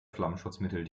flammschutzmittel